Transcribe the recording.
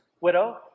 widow